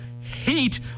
hate